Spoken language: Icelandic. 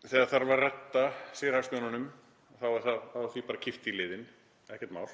Þegar það þarf að redda sérhagsmununum þá er því bara kippt í liðinn, ekkert mál.